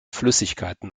flüssigkeiten